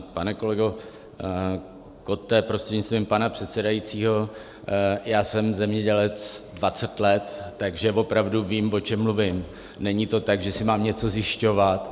Pane kolego Kotte, prostřednictvím pana předsedajícího, já jsem zemědělec 20 let, takže opravdu vím, o čem mluvím, není to tak, že si mám něco zjišťovat.